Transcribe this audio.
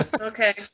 okay